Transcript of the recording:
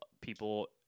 people